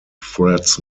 threads